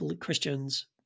Christians